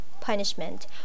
punishment